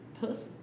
post